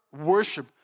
worship